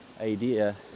idea